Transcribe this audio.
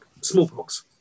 Smallpox